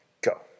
Go